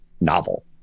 novel